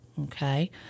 Okay